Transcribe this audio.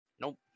nope